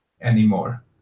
anymore